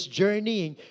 journeying